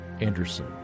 Anderson